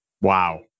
Wow